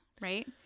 right